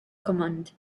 command